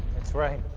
that's right.